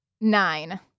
nine